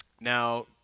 Now